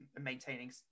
maintaining